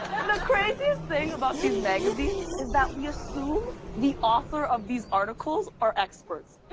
the craziest thing about these magazines is that we assume the author of these articles are experts.